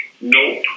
Nope